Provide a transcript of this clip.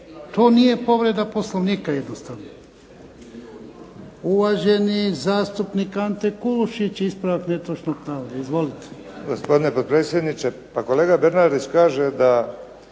To nije povreda Poslovnika jednostavno. Uvaženi zastupnik Ante Kulušić, ispravak netočnog navoda. Izvolite. **Kulušić, Ante (HDZ)** Gospodine potpredsjedniče, pa kolega Bernardić kaže da